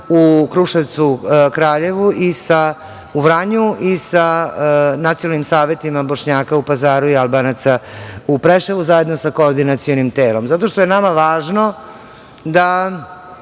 u Kruševcu, Kraljevu, Vranju i sa Nacionalnim savetima Bošnjaka u Pazaru i Albanaca u Preševu zajedno sa koordinacionim telom. Zato što je nama važno da